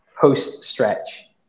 post-stretch